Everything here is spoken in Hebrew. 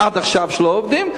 עד עכשיו לא עובדים.